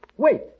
Wait